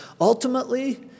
ultimately